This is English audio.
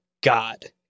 God